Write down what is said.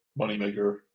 moneymaker